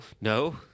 no